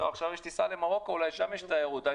עכשיו יש טיסה למרוקו, אולי שם יש תיירות.